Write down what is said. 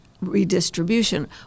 redistribution